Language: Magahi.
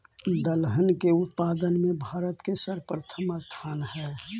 दलहन के उत्पादन में भारत के सर्वप्रमुख स्थान हइ